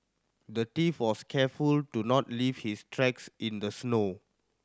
the thief was careful to not leave his tracks in the snow